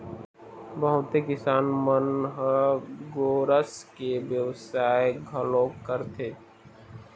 बहुते किसान मन ह गोरस के बेवसाय घलोक करथे